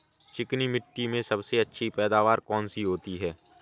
चिकनी मिट्टी में सबसे अच्छी पैदावार कौन सी होती हैं?